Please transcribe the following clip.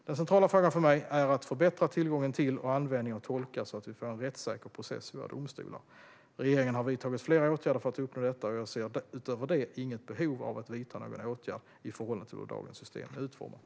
Den centrala frågan för mig är att förbättra tillgången till och användningen av tolkar så att vi får en rättssäker process i våra domstolar. Regeringen har vidtagit flera åtgärder för att uppnå detta, och jag ser utöver det inget behov av att vidta någon åtgärd i förhållande till hur dagens system är utformat.